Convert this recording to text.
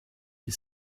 his